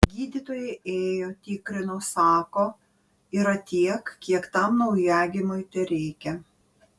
gydytojai ėjo tikrino sako yra tiek kiek tam naujagimiui tereikia